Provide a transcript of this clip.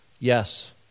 Yes